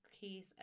case